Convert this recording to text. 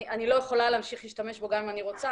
אני לא יכולה להמשיך להשתמש בו גם אם אני רוצה,